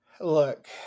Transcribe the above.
look